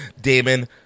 Damon